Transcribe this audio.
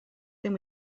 then